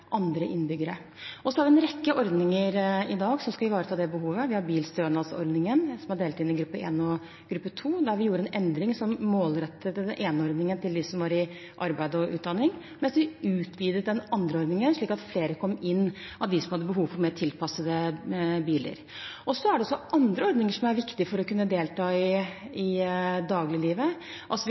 andre innbyggere. Det er en rekke ordninger som i dag skal ivareta det behovet. Vi har bilstønadsordningen, som er delt inn i gruppe 1 og gruppe 2, hvor vi gjorde en endring som målrettet den ene ordningen til dem som er i arbeid eller under utdanning, mens vi utvidet den andre ordningen, slik at flere av dem som har behov for mer tilpassede biler, kom inn. Det er også andre ordninger som er viktige for å kunne delta i dagliglivet. Vi har TT-ordningen, som noen steder er fylkeskommunal og andre steder nasjonal. I